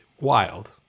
wild